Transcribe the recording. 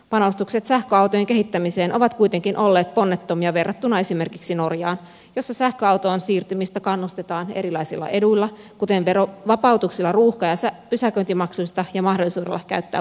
panostukset sähköautojen kehittämiseen ovat kuitenkin olleet ponnettomia verrattuna esimerkiksi norjaan jossa sähköautoon siirtymistä kannustetaan erilaisilla eduilla kuten vapautuksilla ruuhka ja pysäköintimaksuista ja mahdollisuudella käyttää bussikaistaa